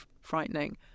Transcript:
frightening